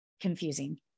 confusing